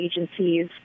agencies